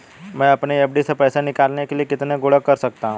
मैं अपनी एफ.डी से पैसे निकालने के लिए कितने गुणक कर सकता हूँ?